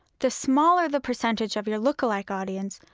the smaller the percentage of your lookalike audience,